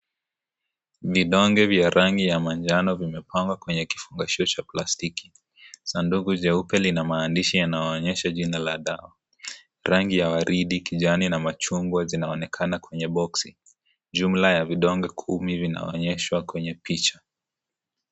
Vidonge vya rangi ya manjano vimepangwa kwenye kifungashwa cha plastiki . Sanduku jeupe lina maandishi yanayoonyesha jina la dawa . Rangi ya waridi, kijani na machungwa zinaonekana kwenye boksi . Jumla ya vidonge kumi vinaonyeshwa kwenye picha.